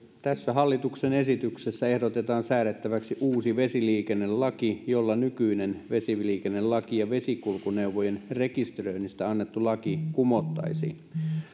tässä hallituksen esityksessä ehdotetaan säädettäväksi uusi vesiliikennelaki jolla nykyinen vesiliikennelaki ja vesikulkuneuvojen rekisteröinnistä annettu laki kumottaisiin